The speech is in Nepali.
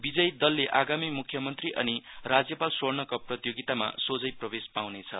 विजयी दलले आगामी मुख्यमन्त्री अनि राज्यपाल स्वर्णकप प्रतियोगितामा सोझै प्रवेश पाउनेछ